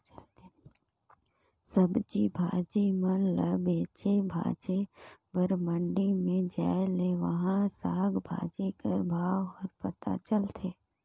सब्जी भाजी मन ल बेचे भांजे बर मंडी में जाए ले उहां साग भाजी कर भाव हर पता चलथे